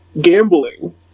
Gambling